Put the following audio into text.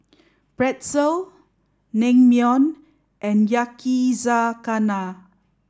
Pretzel Naengmyeon and Yakizakana